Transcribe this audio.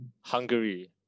Hungary